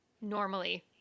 normally